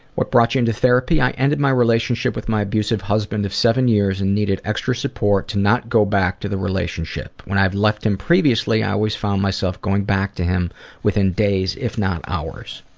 what brought you into therapy? i ended my relationship with my abusive husband of seven years and needed extra support to not go back to the relationship. when i'd left him previously, i always found myself going back to him within days if not hours.